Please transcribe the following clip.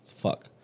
Fuck